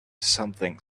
something